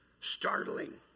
Startling